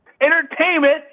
entertainment